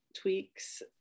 tweaks